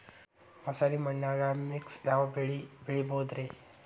ಮಸಾರಿ ಮಣ್ಣನ್ಯಾಗ ಮಿಕ್ಸ್ ಯಾವ ಬೆಳಿ ಬೆಳಿಬೊದ್ರೇ?